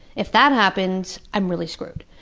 if that happens, i'm really screwed.